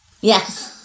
Yes